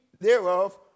thereof